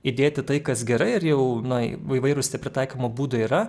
įdėti tai kas gerai ir jau na įvairūs tie pritaikymo būdai yra